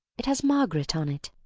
it has margaret on it.